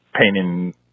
painting